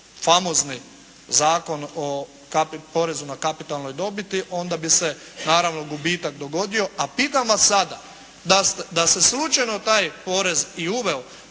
famozni Zakon o porezu na kapitalnu dobit, onda bi se naravno gubitak dogodio. A pitam vas sada, da se slučajno taj porez i uveo